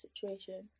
situation